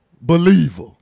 Believer